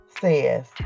says